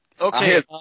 Okay